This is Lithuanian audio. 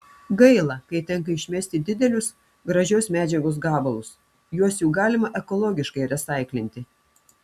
gaila kai tenka išmesti didelius gražios medžiagos gabalus juos juk galima ekologiškai resaiklinti